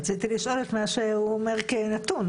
רציתי לשאול את מה שהוא אומר כנתון.